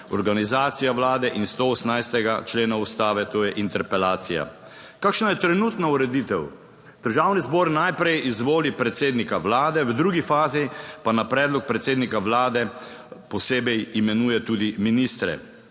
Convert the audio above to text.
organizacija Vlade in 118. člena Ustave, to je interpelacija. Kakšna je trenutna ureditev? Državni zbor najprej izvoli predsednika vlade, v drugi fazi pa na predlog predsednika vlade. Posebej imenuje tudi ministre.